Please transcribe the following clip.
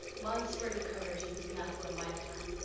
one spurt of courage isn't enough for a lifetime.